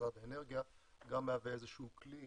משרד האנרגיה גם מהווה איזשהו כלי